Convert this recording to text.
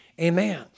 Amen